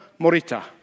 Morita